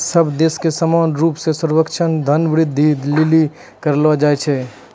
सब देश मे समान रूप से सर्वेक्षण धन वृद्धि के लिली करलो जाय छै